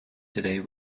today